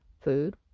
food